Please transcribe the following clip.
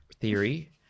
theory